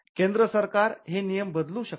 केंद्र सरकार हे नियम बदलू शकते